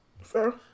Fair